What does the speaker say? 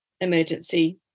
emergency